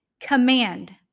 Command